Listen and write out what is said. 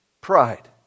Pride